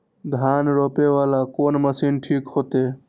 धान रोपे वाला कोन मशीन ठीक होते?